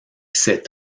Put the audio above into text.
ces